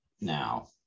now